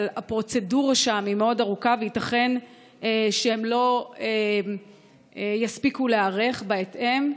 אבל הפרוצדורה שם היא מאוד ארוכה וייתכן שהם לא יספיקו להיערך בהתאם.